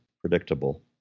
predictable